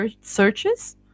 searches